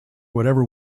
whatever